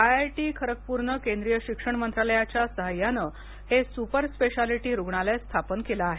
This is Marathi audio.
आयआयटी खरगपूरनं केंद्रीय शिक्षण मंत्रालयाच्या सहाय्यानं हे सुपर स्पेशालिटी रुग्णालय स्थापन केलं आहे